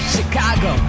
Chicago